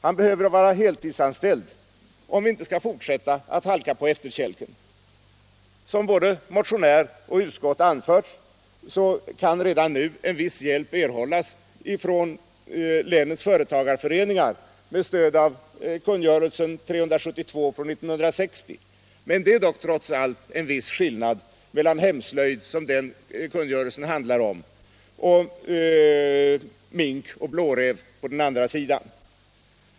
Han behöver vara heltidsanställd, om vi inte skall fortsätta att komma på efterkälken. Som både motionär och utskott anfört kan redan nu en viss hjälp erhållas från länens företagarföreningar med stöd av kungörelsen 372 år 1960, men det är trots allt en viss skillnad mellan hemslöjd, som den kungörelsen handlar om, och mink och blåräv.